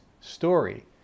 story